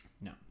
No